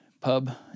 pub